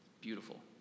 Beautiful